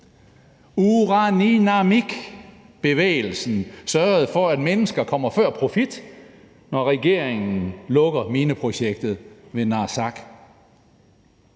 Uraani naamik-bevægelsen sørgede for, at mennesker kommer før profit, når regeringen lukker mineprojektet ved Naarsaq.